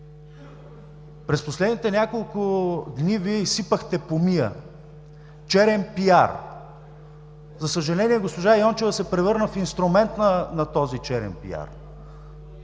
През последните няколко дни Вие изсипахте помия, черен пиар. За съжаление, госпожа Йончева се превърна в инструмент на този черен пиар.